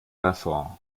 refrain